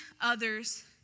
others